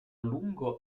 lungo